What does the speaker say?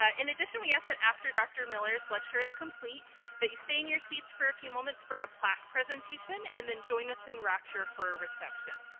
ah in addition we ask that after dr. miller's lecture is complete that you stay in your seats for a few moments for a plaque presentation and then join us in rapture for a reception.